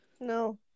no